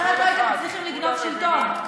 אחרת לא הייתם מצליחים לגנוב שלטון.